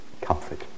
comfort